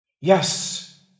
yes